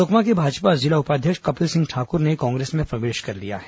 सुकमा के भाजपा जिला उपाध्यक्ष कपिल सिंह ठाकुर ने कांग्रेस में प्रवेश कर लिया है